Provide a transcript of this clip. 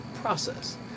process